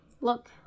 Look